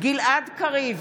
גלעד קריב,